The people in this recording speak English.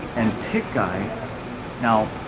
and pick guy now